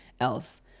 else